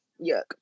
yuck